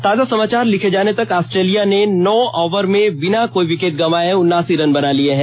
ताजा समाचार लिखे जाने तक ऑस्ट्रेलिया ने नौ ओवर में बिना कोई विकेट गवांए उनासी रन बना लिये हैं